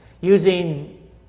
Using